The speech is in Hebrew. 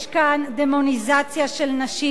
יש כאן דמוניזציה של נשים,